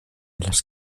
las